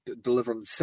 delivering